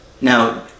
Now